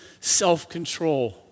self-control